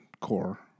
core